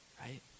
right